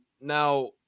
now